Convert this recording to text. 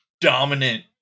dominant